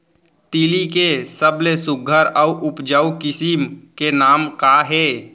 तिलि के सबले सुघ्घर अऊ उपजाऊ किसिम के नाम का हे?